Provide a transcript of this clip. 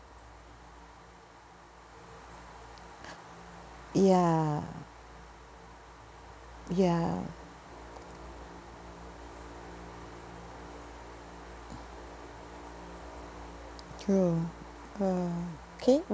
ya ya true uh K